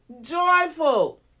joyful